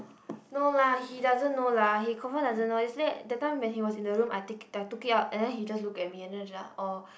no lah he doesn't know lah he confirm doesn't know yesterday that time when he was in the room I take I took it out and then he just look at me and then just like oh